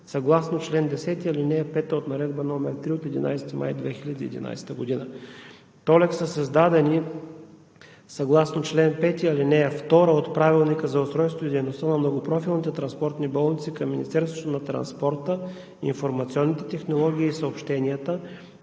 съгласно чл. 10, ал. 5 от Наредба № 3 от 11 май 2011 г. ТОЛЕК са създадени съгласно чл. 5, ал. 2 от Правилника за устройството и дейността на многопрофилните транспортни болници към Министерството на транспорта, информационните технологии и съобщенията,